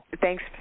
thanks